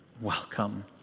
welcome